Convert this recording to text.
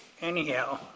Anyhow